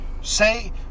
Say